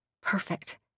Perfect